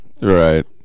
right